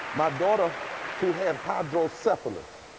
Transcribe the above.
my daughter who had hydrocephalus.